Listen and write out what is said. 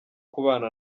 kubana